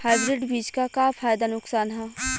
Hybrid बीज क का फायदा नुकसान ह?